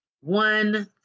one